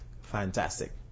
Fantastic